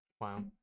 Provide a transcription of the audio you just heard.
Wow